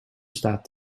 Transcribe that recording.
staat